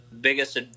biggest